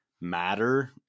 matter